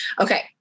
Okay